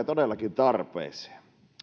todellakin tarpeeseen